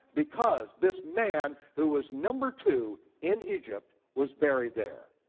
because this man who was number two in egypt was buried there.